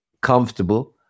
comfortable